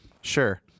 sure